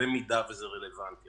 כשזה רלוונטי.